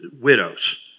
widows